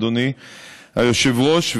אדוני היושב-ראש,